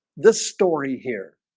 this story here